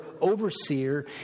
overseer